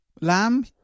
Lamb